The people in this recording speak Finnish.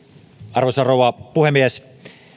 arvoisa rouva puhemies